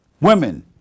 women